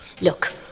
Look